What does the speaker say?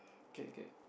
okay okay